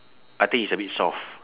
I think it's a bit soft